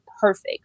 perfect